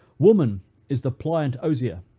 woman is the pliant osier,